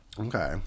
Okay